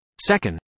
Second